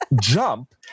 jump